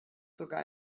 sogar